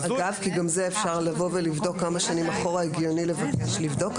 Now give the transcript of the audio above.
אפשר לבדוק כמה שנים אחורה הגיוני לבקש לבדוק.